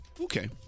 Okay